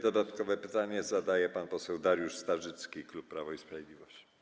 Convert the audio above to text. Dodatkowe pytanie zadaje pan poseł Dariusz Starzycki, klub Prawo i Sprawiedliwość.